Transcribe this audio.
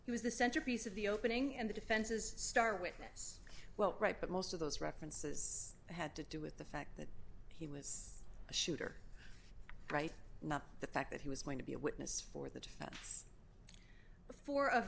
he was the centerpiece of the opening and the defense's star witness well right but most of those references had to do with the fact that he was the shooter right not the fact that he was going to be a witness for the defense before of